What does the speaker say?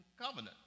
Covenant